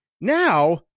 now